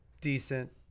decent